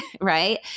right